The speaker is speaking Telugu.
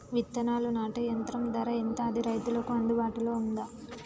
విత్తనాలు నాటే యంత్రం ధర ఎంత అది రైతులకు అందుబాటులో ఉందా?